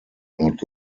not